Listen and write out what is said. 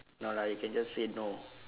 no lah you can just say no